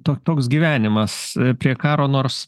tu toks gyvenimas prie karo nors